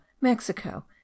Mexico